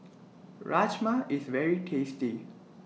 Rajma IS very tasty